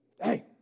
Hey